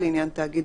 לעניין תאגיד,